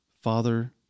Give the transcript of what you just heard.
Father